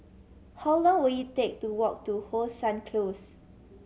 how long will it take to walk to How Sun Close